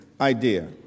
idea